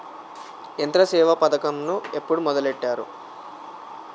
యంత్రసేవ పథకమును ఎప్పుడు మొదలెట్టారు?